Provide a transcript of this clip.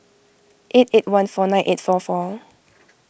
eight eight one four nine eight four four